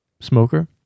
Smoker